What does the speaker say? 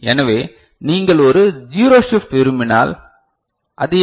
எனவே நீங்கள் ஒரு ஜீரோ ஷிப்ட் விரும்பினால் அது என்ன